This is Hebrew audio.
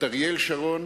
את אריאל שרון